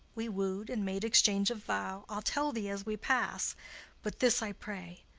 we woo'd, and made exchange of vow, i'll tell thee as we pass but this i pray,